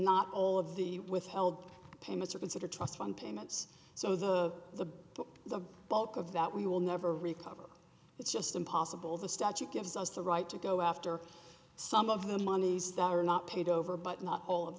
not all of the withheld payments are considered trust fund payments so the the the bulk of that we will never recover it's just impossible the statute gives us the right to go after some of the monies that are not paid over but not all of